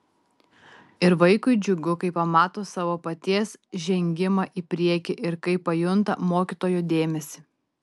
ir vaikui džiugu kai pamato savo paties žengimą į priekį ir kai pajunta mokytojo dėmesį